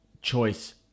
choice